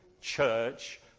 church